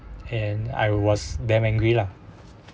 and I was damn angry lah